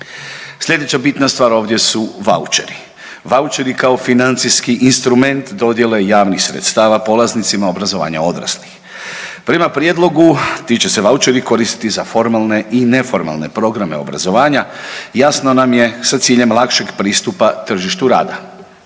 Sljedeća bitna stvar ovdje su vaučeri, vaučeri kao financijski instrument dodjele javnih sredstava polaznicima obrazovanja odraslih. Prema prijedlogu ti će se vaučeri koristiti za formalne i neformalne programe obrazovanje, jasno nam je sa ciljem lakšeg pristupa tržištu rada,